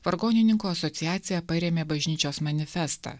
vargonininkų asociacija parėmė bažnyčios manifestą